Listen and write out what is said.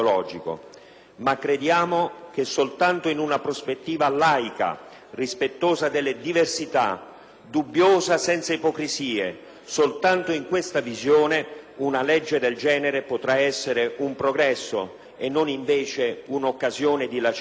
ma crediamo che soltanto in una prospettiva laica, rispettosa delle diversità, dubbiosa senza ipocrisie, soltanto in questa visione, una legge del genere potrà essere un progresso e non invece un'occasione di lacerazioni